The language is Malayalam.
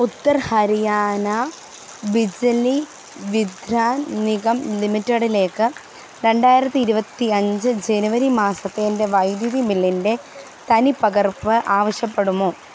ഉത്തർ ഹരിയാന ബിജ്ലി വിത്രാൻ നിഗം ലിമിറ്റഡിലേക്ക് രണ്ടായിരത്തി ഇരുപത്തി അഞ്ച് ജനുവരി മാസത്തെ എൻ്റെ വൈദ്യുതി ബില്ലിൻ്റെ തനിപ്പകർപ്പ് ആവശ്യപ്പെടാമോ